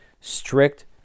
strict